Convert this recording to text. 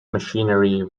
machinery